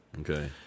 Okay